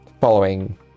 following